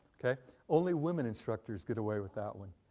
only women instructors get away with that one.